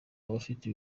abafite